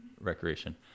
recreation